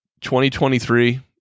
2023